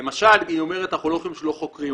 למשל היא אומרת שהם לא יכולים לשלוח חוקרים,